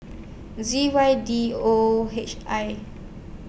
Z Y D O H I